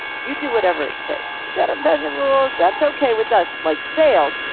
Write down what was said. you do whatever it takes. you've got to bend the rules. that's okay with us, like sales,